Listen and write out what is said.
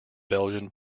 belgian